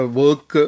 work